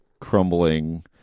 crumbling